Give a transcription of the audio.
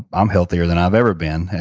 i'm healthier than i've ever been.